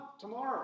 tomorrow